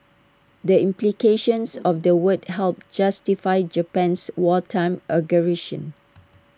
the implications of the word helped justify Japan's wartime aggression